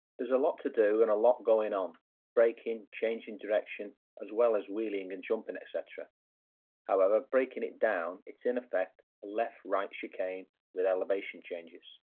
there's a lot to do and a lot going on braking, changing direction as well as wheeling and jumping etc however breaking it down, it's in effect a left-right chicane with elevation changes,